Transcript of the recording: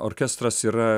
orkestras yra